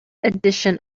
edition